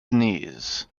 knees